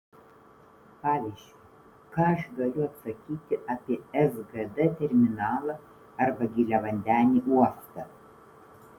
pavyzdžiui ką aš galiu atsakyti apie sgd terminalą arba giliavandenį uostą